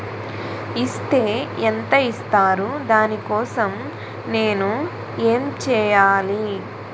Is తే ఎంత ఇస్తారు దాని కోసం నేను ఎంచ్యేయాలి?